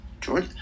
George